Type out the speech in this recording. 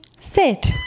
sit